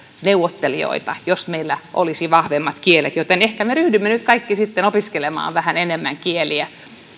neuvottelijoita jos meillä olisi vahvemmat kielet joten ehkä me ryhdymme nyt kaikki sitten opiskelemaan vähän enemmän kieliä